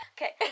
Okay